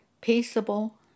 peaceable